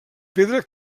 pedra